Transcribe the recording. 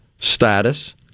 status